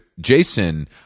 Jason